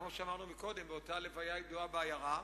כפי שאמרנו קודם על אותה לוויה ידועה בעיירה,